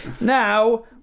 Now